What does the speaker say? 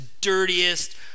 dirtiest